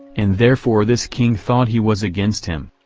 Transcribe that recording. and therefore this king thought he was against him.